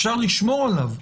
אפשר לשמור עליו.